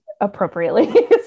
appropriately